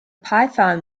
python